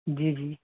جی جی